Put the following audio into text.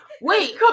Wait